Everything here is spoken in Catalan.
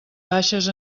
baixes